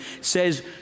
says